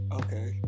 okay